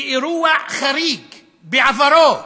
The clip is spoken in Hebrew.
כאירוע חריג בעברו,